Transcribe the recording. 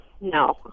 no